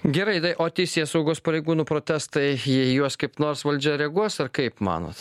gerai tai o teisėsaugos pareigūnų protestai į juos kaip nors valdžia reaguos ar kaip manot